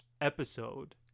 episode